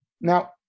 Now